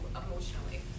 emotionally